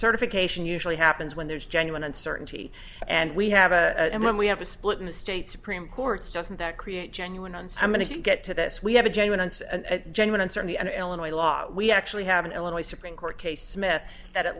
certification usually happens when there's genuine uncertainty and we have a when we have a split in the state supreme courts doesn't that create genuine and so i'm going to get to this we have a genuine and genuine and certainly an illinois law we actually have an illinois supreme court case smith that at